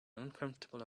uncomfortable